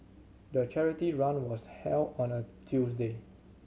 the charity run was held on a Tuesday